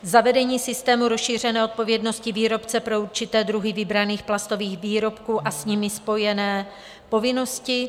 Zavedení systému rozšířené odpovědnosti výrobce pro určité druhy vybraných plastových výrobků a s nimi spojené povinnosti.